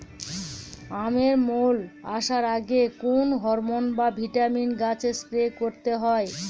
আমের মোল আসার আগে কোন হরমন বা ভিটামিন গাছে স্প্রে করতে হয়?